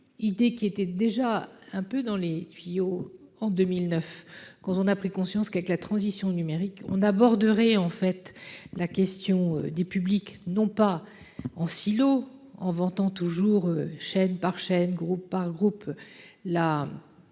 Idée qui était déjà un peu dans les tuyaux en 2009 quand on a pris conscience qu'avec la transition numérique on aborderait en fait la question des publics non pas en silos en vantant toujours chaîne par chaîne groupe par groupe